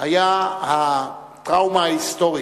עליו היה הטראומה ההיסטורית,